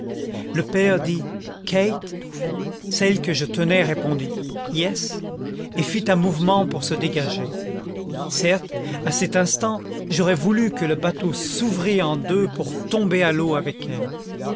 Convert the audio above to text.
le père dit kate celle que je tenais répondit yes et fit un mouvement pour se dégager certes à cet instant j'aurais voulu que le bateau s'ouvrît en deux pour tomber à l'eau avec elle